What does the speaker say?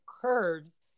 curves